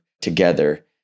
together